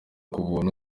kubuntu